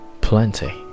Plenty